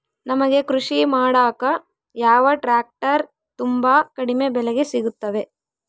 ನಮಗೆ ಕೃಷಿ ಮಾಡಾಕ ಯಾವ ಟ್ರ್ಯಾಕ್ಟರ್ ತುಂಬಾ ಕಡಿಮೆ ಬೆಲೆಗೆ ಸಿಗುತ್ತವೆ?